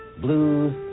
blues